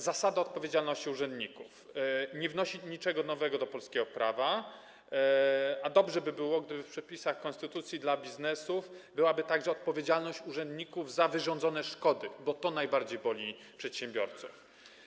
Zasada odpowiedzialności urzędników nie wnosi niczego nowego do polskiego prawa, a dobrze by było, gdyby w przepisach konstytucji dla biznesu była ujęta także odpowiedzialność urzędników za wyrządzone szkody, bo to najbardziej boli przedsiębiorców.